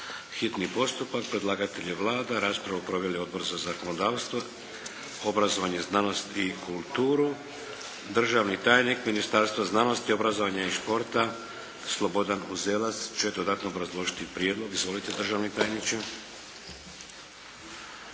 P.Z. br. 769 Predlagatelj je Vlada. Raspravu proveli Odbor za zakonodavstvo, obrazovanje, znanost i kulturu. Državni tajnik Ministarstva znanosti, obrazovanja i športa Slobodan Uzelac će dodatno obrazložiti prijedlog. Izvolite državni tajniče.